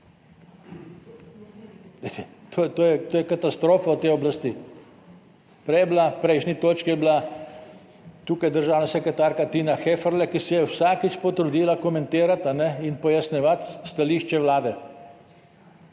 to je katastrofa te oblasti. Prej je bila, v prejšnji točki je bila tukaj državna sekretarka Tina Heferle, ki se je vsakič potrudila komentirati in pojasnjevati stališče Vlade.